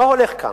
מה הולך כאן?